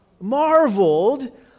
marveled